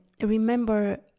remember